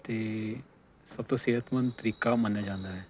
ਅਤੇ ਸਭ ਤੋਂ ਸਿਹਤਮੰਦ ਤਰੀਕਾ ਮੰਨਿਆ ਜਾਂਦਾ ਹੈ